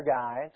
guys